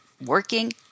Working